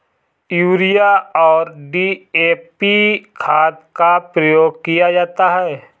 urea और DAP खाद का प्रयोग किया जाता है